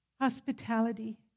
hospitality